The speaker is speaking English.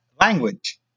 language